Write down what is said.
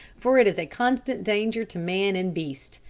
for it is a constant danger to man and beast.